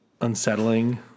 unsettling